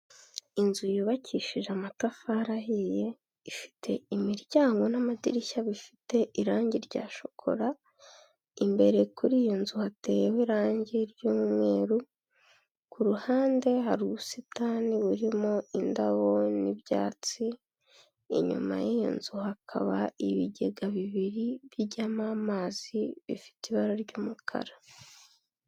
Inzu yubakishije amatafari ahiye, ifite imiryango n'amadirishya bifite irangi rya shokora, imbere kuri iyo nzu hateyeho irangi ry'umweru, ku ruhande hari ubusitani burimo indabo n'ibyatsi, inyuma y'iyo nzu hakaba ibigega bibiri bijyamo amazi bifite ibara ry'umukara.